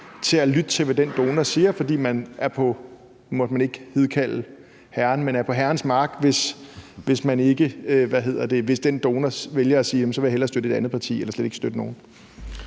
til at lytte til, hvad den donor siger, fordi man er – nu må man ikke hidkalde Herren – på herrens mark, hvis den donor vælger at sige: Så vil jeg hellere støtte et andet parti eller slet ikke støtte nogen?